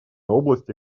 области